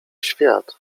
świat